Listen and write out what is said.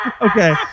Okay